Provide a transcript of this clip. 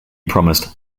promised